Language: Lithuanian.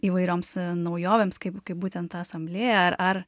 įvairioms naujovėms kaip kaip būten ta asamblėja ar ar